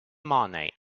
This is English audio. money